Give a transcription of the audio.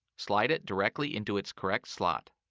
slide it directly into its correct slot.